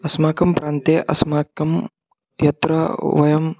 अस्माकं प्रान्ते अस्माकं यत्र वयम्